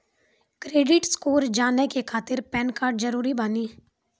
Credit score जाने के खातिर पैन कार्ड जरूरी बानी?